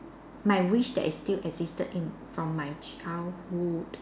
my wish that is still existed in from my childhood